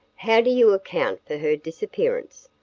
how do you account for her disappearance?